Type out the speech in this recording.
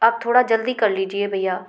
आप थोड़ा जल्दी कर लीजिए भैया